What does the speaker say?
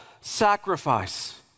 sacrifice